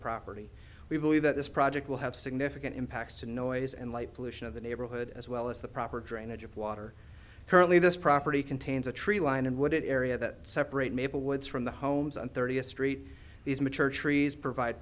property we believe that this project will have significant impacts to noise and light pollution of the neighborhood as well as the proper drainage of water currently this property contains a tree line and wooded area that separate maple woods from the homes on thirtieth street these mature trees provide